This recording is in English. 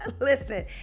Listen